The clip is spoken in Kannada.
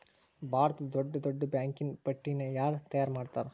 ಭಾರತದ್ದ್ ದೊಡ್ಡ್ ದೊಡ್ಡ್ ಬ್ಯಾಂಕಿನ್ ಪಟ್ಟಿನ ಯಾರ್ ತಯಾರ್ಮಾಡ್ತಾರ?